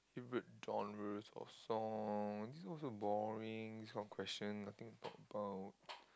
favourite genres of songs this one also boring this kind of question nothing to talk about